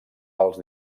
pels